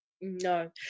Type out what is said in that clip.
No